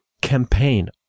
campaign